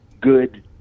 good